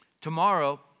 Tomorrow